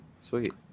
Sweet